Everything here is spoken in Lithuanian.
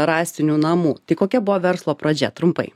rąstinių namų tai kokia buvo verslo pradžia trumpai